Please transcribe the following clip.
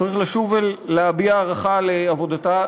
צריך לשוב ולהביע הערכה לעבודתה,